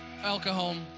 alcohol